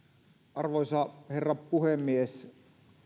arvoisa herra puhemies